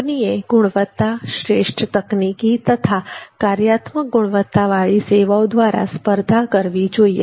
કંપનીએ ગુણવત્તા શ્રેષ્ઠ તકનીકી તથા કાર્યાત્મક ગુણવત્તાવાળી સેવાઓ દ્વારા સ્પર્ધા કરવી જોઈએ